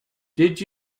did